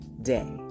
day